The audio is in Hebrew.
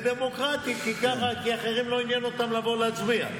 זה דמוקרטי, כי אחרים, לא עניין אותם לבוא להצביע.